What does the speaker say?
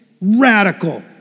radical